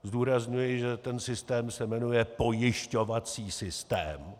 Zdůrazňuji, že ten systém se jmenuje pojišťovací systém.